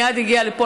מייד הגיע לפה,